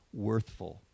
worthful